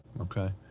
okay